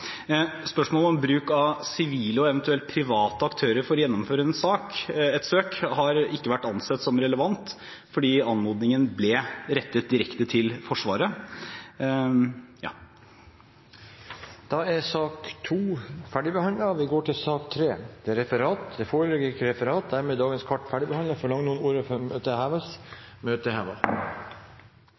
Spørsmålet om bruk av sivile og eventuelt private aktører for å gjennomføre et søk har ikke vært ansett som relevant, fordi anmodningen ble rettet direkte til Forsvaret. Dermed er sak nr. 2 ferdigbehandlet. Det foreligger ikke noe referat. Dermed er sakene på dagens kart ferdigbehandlet. Forlanger noen ordet før møtet heves? – Møtet er